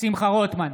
שמחה רוטמן,